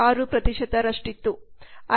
6 ರಷ್ಟಿತ್ತು